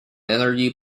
energy